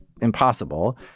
impossible